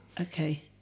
Okay